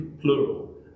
plural